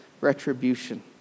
retribution